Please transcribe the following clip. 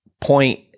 point